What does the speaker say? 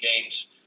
games